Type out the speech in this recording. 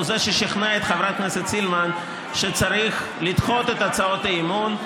הוא זה ששכנע את חברת הכנסת סילמן שצריך לדחות את הצעות האי-אמון,